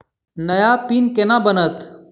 नया पिन केना बनत?